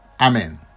Amen